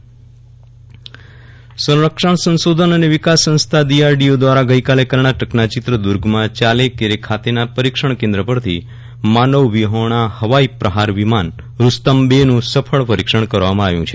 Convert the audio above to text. Viral Rana DRDO સંરક્ષણ સંશોધન અને વિકાસ સંસ્થા ડીઆરડીઓ દ્વારા ગઈકાલે કર્ણાટકના ચિત્રદ્દર્ગમાં ચાલાકેરે ખાતેના પરીક્ષણ કેન્દ્ર પરથી માનવ વોહાણા હવાઈ પ્રહારવિમાન રૂસ્તમ બેનું સફળ પરીક્ષણ કરવામાં આવ્યુ છે